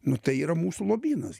nu tai yra mūsų lobynas